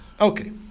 Okay